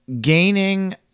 gaining